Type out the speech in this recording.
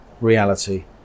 reality